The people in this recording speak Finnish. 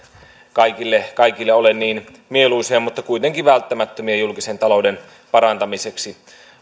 kaikille kaikille ole niin mieluisia mutta kuitenkin välttämättömiä julkisen talouden parantamiseksi